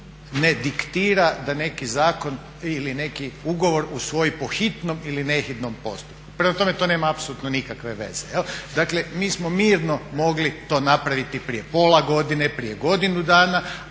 ne diktira da neki zakon ili neki ugovor usvoji po hitnom ili ne hitnom postupku. Prema tome, to nema apsolutno nikakve veze. Dakle mi smo mirno mogli to napraviti prije pola godine, prije godinu dana